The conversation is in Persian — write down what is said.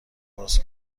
باز